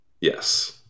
Yes